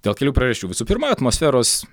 dėl kelių priežasčių visų pirma atmosferos